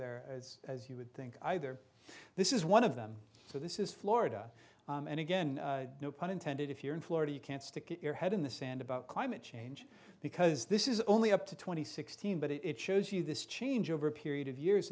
there as you would think either this is one of them so this is florida and again no pun intended if you're in florida you can't stick your head in the sand about climate change because this is only up to twenty sixteen but it shows you this change over a period of years